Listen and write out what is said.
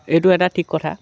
এইটো এটা ঠিক কথা